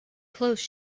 close